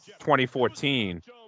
2014